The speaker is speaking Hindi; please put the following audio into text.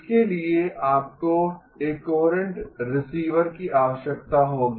इसके लिए आपको एक कोहेरेंट रिसीवर की आवश्यकता होगी